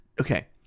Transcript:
Okay